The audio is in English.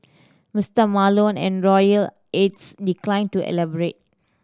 Mister Malone and royal aides declined to elaborate